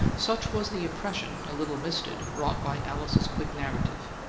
such was the impression, a little misted, wrought by alice's quick narrative.